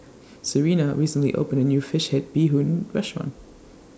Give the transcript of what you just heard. Serina recently opened A New Fish Head Bee Hoon Restaurant